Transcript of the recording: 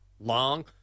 long